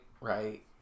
right